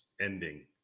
ending